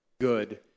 good